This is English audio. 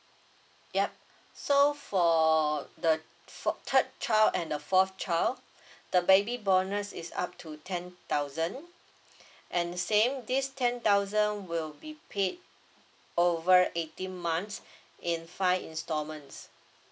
yup so for the for third child and the fourth child the baby bonus is up to ten thousand and same this ten thousand will be paid over eighteen months in five instalments